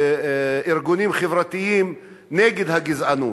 וארגונים חברתיים נגד הגזענות.